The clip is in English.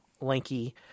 lanky